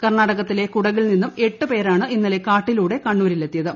കർണാടകത്തിലെ കുടകിൽ നിന്നും എട്ട് പേരാണ് ഇന്നലെ കാട്ടിലൂടെ കണ്ണൂരിലെത്തിയത്